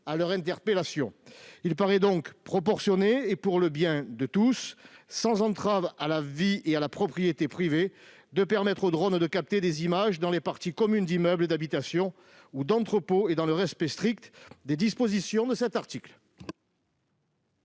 à des interpellations. Il paraît donc proportionné, pour le bien de tous, sans entrave à la vie et à la propriété privées, de permettre aux drones de capter des images dans les parties communes d'immeubles d'habitation ou d'entrepôts, dans le respect strict des dispositions de cet article.